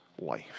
life